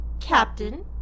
Captain